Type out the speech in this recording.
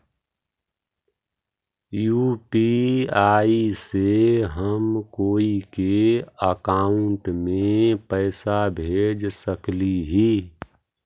UPI से हम कोई के अकाउंट में पैसा भेज सकली ही?